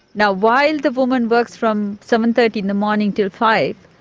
now while the woman works from seven-thirty in the morning til five,